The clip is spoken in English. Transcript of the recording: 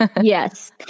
Yes